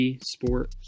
Sport